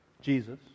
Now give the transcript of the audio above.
Jesus